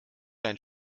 dein